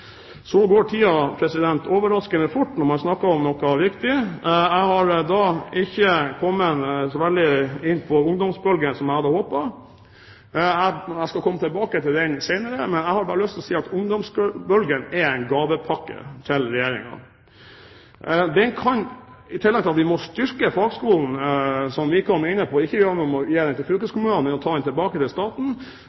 Så går tiden overraskende fort når man snakker om noe viktig. Jeg har ikke kommet så mye inn på ungdomsbølgen som jeg hadde håpet. Jeg skal komme tilbake til den senere, men jeg har bare lyst til å si at ungdomsbølgen er en gavepakke til Regjeringen. I tillegg til at vi må styrke fagskolen – som Wickholm var inne på – ikke gi den til